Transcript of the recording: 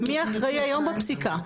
מי אחראי היום בפסיקה?